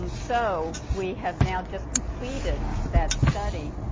um so we have now just completed that study.